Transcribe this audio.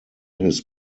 his